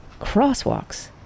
crosswalks